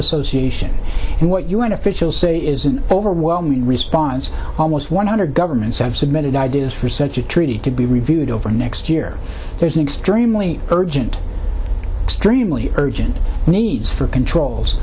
association and what you want officials say is an overwhelming response almost one hundred governments have submitted ideas for such a treaty to be reviewed over the next year there's an extremely urgent extremely urgent needs for controls